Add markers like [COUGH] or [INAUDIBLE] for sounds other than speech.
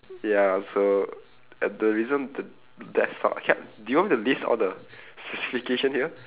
ya so at the reason the desktop can do you want me to list all the [LAUGHS] specification here